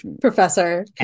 professor